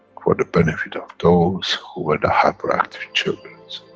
for the benefit of those who were the hyperactive children's.